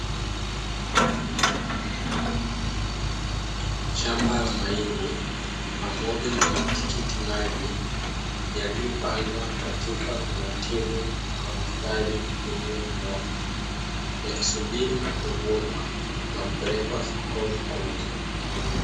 Shamba la mahindi pamoja na matikiti maji yaliyopandwa katika utaratibu wa mistari iliyonyooka; yakisubiri kuvunwa na kupelekwa sokoni kuuzwa.